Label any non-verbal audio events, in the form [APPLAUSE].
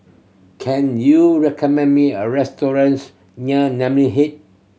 can you recommend me a restaurants near Namly [UNINTELLIGIBLE]